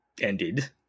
ended